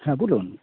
হ্যাঁ বলুন